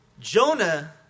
Jonah